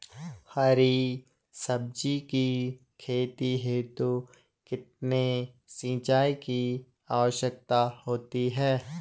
हरी सब्जी की खेती हेतु कितने सिंचाई की आवश्यकता होती है?